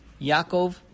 Yaakov